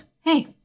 Hey